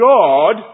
God